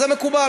זה מקובל